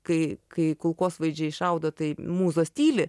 kai kai kulkosvaidžiai šaudo tai mūzos tyli